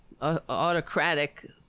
autocratic